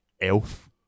Elf